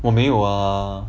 我没有啊